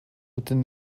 within